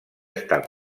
estar